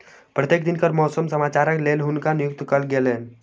प्रत्येक दिनक मौसम समाचारक लेल हुनका नियुक्त कयल गेलैन